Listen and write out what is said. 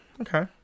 Okay